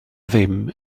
ddim